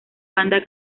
banda